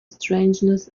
strangeness